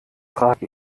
trage